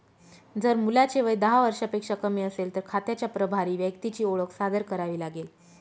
जर मुलाचे वय दहा वर्षांपेक्षा कमी असेल, तर खात्याच्या प्रभारी व्यक्तीची ओळख सादर करावी लागेल